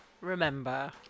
remember